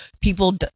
people